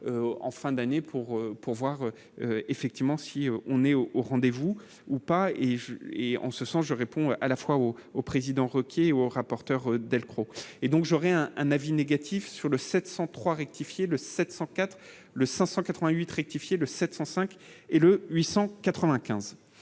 en fin d'année pour pourvoir. Effectivement, si on est au rendez-vous, ou pas, et, et, en ce sens, je réponds à la fois au au président Ruquier ou au rapporteur Delcros, et donc j'aurais un un avis négatif sur le 703 rectifié le 704 le 588 rectifié le 705 et le 895